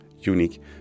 unique